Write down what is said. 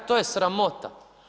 To je sramota.